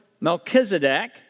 Melchizedek